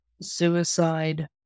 Suicide